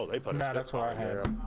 like but an adults are